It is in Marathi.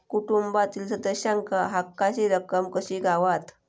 कुटुंबातील सदस्यांका हक्काची रक्कम कशी गावात?